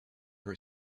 her